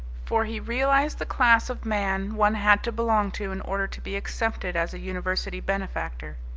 for he realized the class of man one had to belong to in order to be accepted as a university benefactor.